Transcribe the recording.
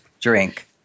drink